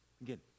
again